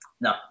No